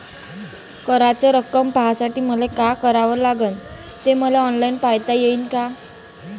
कराच रक्कम पाहासाठी मले का करावं लागन, ते मले ऑनलाईन पायता येईन का?